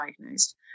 diagnosed